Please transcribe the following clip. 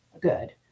good